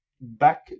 back